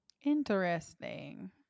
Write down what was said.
interesting